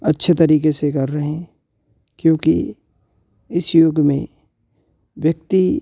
अच्छे तरीके से कर रहे हैं क्योंकि इस युग में व्यक्ति